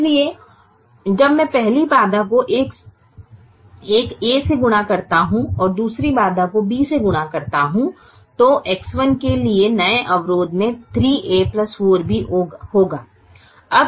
इसलिए जब मैं पहली बाधा को एक a से गुणा करता हूं और मैं दूसरी बाधा को b से गुणा करता हूं तो X1 के लिए नए अवरोध में 3a 4b होगा